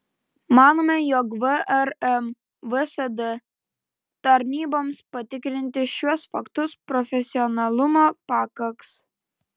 manome jog vrm vsd tarnyboms patikrinti šiuos faktus profesionalumo pakaks